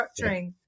structuring